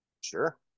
Sure